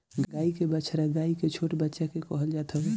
गाई के बछड़ा गाई के छोट बच्चा के कहल जात हवे